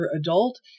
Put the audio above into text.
adult